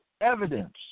evidence